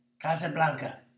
Casablanca